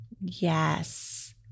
yes